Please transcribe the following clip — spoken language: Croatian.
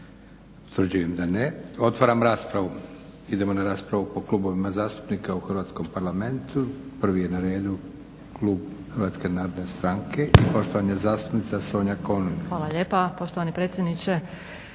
Otvaram raspravu. Idemo na raspravu po klubovima zastupnika u Hrvatskom parlamentu. Prvi je na redu klub HNS-a i poštovana zastupnica Sonja König. **König, Sonja (HNS)** Hvala lijepa poštovani predsjedniče.